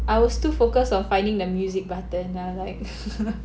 I was too focused on finding the music button lah like